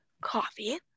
coffee